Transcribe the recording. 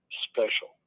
special